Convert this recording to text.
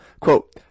Quote